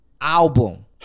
album